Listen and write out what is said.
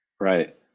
Right